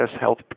health